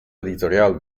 editorial